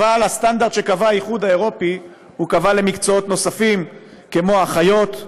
אבל הסטנדרט שקבע האיחוד האירופי הוא למקצועות נוספים כמו אחיות,